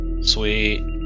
Sweet